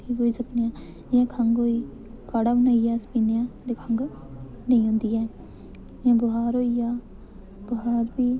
ठीक होई सकने आं जि'यां खांसी खंघ होई गेई काढ़ा बनाइयै अस पीन्ने आं ते खंघ नेईं होंदी ऐ जां बुखार होई जा बखार बी